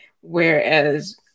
Whereas